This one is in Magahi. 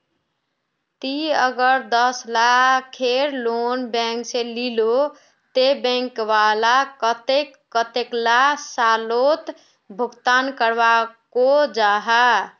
ती अगर दस लाखेर लोन बैंक से लिलो ते बैंक वाला कतेक कतेला सालोत भुगतान करवा को जाहा?